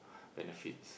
benefits